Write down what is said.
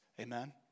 Amen